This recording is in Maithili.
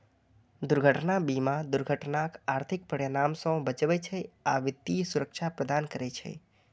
दुर्घटना बीमा दुर्घटनाक आर्थिक परिणाम सं बचबै छै आ वित्तीय सुरक्षा प्रदान करै छै